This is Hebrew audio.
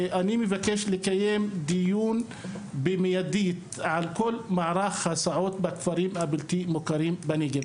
לקיים דיון במיידי על כל מערך ההסעות בכפרים הבלתי מוכרים בנגב,